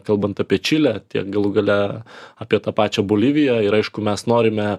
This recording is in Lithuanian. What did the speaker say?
kalbant apie čilę tiek galų gale apie tą pačią boliviją ir aišku mes norime